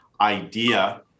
idea